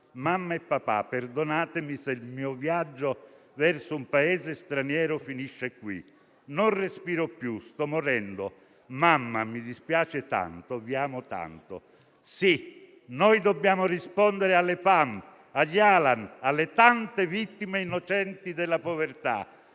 «Mamma e papà, perdonatemi se il mio viaggio verso un Paese straniero finisce qui. Non respiro più. Sto morendo. Mamma mi dispiace tanto. Vi amo tanto». Sì, noi dobbiamo rispondere alle Pam, agli Alan e alle tante vittime innocenti della povertà.